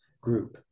group